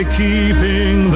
keeping